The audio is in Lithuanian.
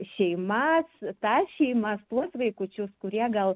šeimas tas šeimas tuos vaikučius kurie gal